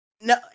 no